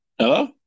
Hello